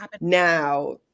Now